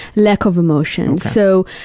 lack of emotion. so,